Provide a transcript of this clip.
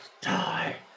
Die